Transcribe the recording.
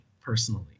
personally